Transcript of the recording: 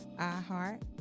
iHeart